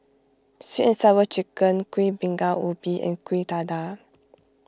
Sweet and Sour Chicken Kuih Bingka Ubi and Kuih Dadar